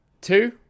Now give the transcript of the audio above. Two